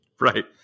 Right